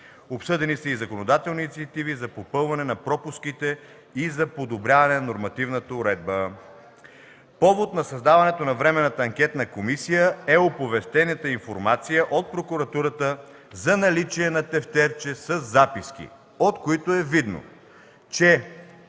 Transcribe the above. Обсъдени са и законодателни инициативи за попълване на пропуските и за подобряване на нормативната уредба. Повод за създаването на Временната анкетна комисия е оповестената информация от Прокуратурата за наличие на „тефтерче” със записки, от което е видно, че